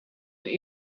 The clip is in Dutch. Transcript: een